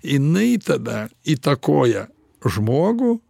jinai tada įtakoja žmogų